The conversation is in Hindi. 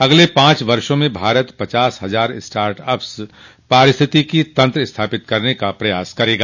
अगले पांच वर्षो में भारत पचास हजार स्टाटअपस पारिस्थितिकी तंत्र स्थापित करने का प्रयास करेगा